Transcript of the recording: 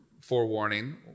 forewarning